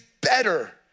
better